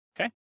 okay